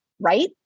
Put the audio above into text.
right